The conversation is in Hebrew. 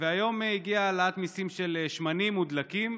היום הגיעה העלאת מיסים על שמנים ודלקים,